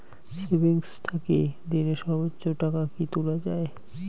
Savings থাকি দিনে সর্বোচ্চ টাকা কি তুলা য়ায়?